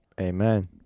Amen